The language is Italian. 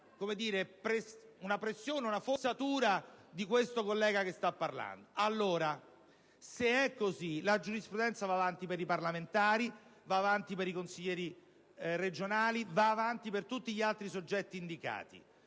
così! Non è una pressione o una forzatura di colui che vi sta parlando. Allora, se è così, la giurisprudenza va avanti per i parlamentari, per i consiglieri regionali e per tutti gli altri soggetti indicati.